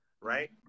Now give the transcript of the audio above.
right